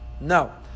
No